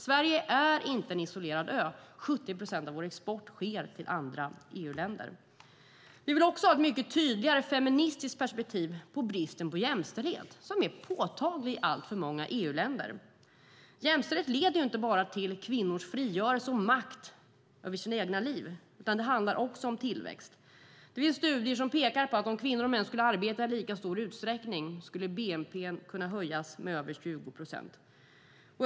Sverige är inte en isolerad ö - 70 procent av vår export sker till andra EU-länder. Vi vill också ha ett mycket tydligare feministiskt perspektiv på bristen på jämställdhet, som är påtaglig i alltför många EU-länder. Jämställdhet leder inte bara till kvinnors frigörelse och makt över sina egna liv, utan det handlar också om tillväxt. Det finns studier som pekar på att om kvinnor och män skulle arbeta i lika stor utsträckning skulle bnp:n kunna höjas med över 20 procent.